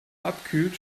abkühlt